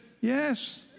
yes